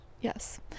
Yes